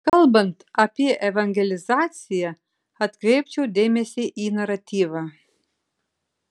kalbant apie evangelizaciją atkreipčiau dėmesį į naratyvą